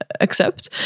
accept